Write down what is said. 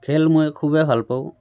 খেল মই খুবেই ভাল পাওঁ